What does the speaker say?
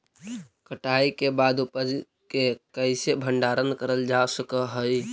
कटाई के बाद उपज के कईसे भंडारण करल जा सक हई?